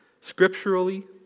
scripturally